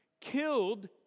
killed